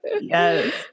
Yes